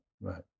right